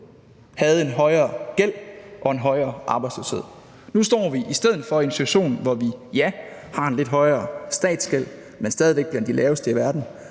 havde en højere gæld og en højere arbejdsløshed. Nu står vi i stedet for i en situation, hvor vi, ja, har en lidt højere statsgæld, men stadig væk blandt de laveste i verden,